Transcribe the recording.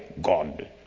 God